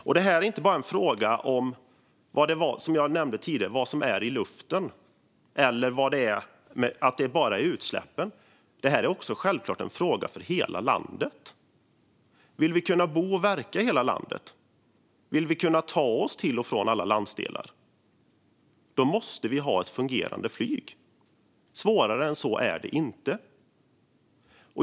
Som jag nämnde tidigare är det här inte bara en fråga om vad som är i luften, och det gäller inte bara utsläppen; det här är också självklart en fråga för hela landet. Vill vi kunna bo och verka i hela landet och kunna ta oss till och från alla landsdelar måste vi ha ett fungerande flyg. Svårare än så är det inte.